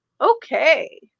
Okay